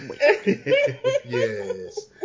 Yes